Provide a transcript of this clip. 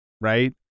Right